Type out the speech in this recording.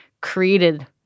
created